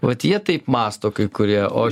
vat jie taip mąsto kai kurie o